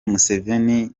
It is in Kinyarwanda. museveni